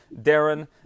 Darren